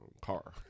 car